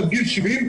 עד גיל 70,